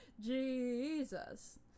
jesus